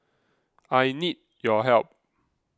I need your help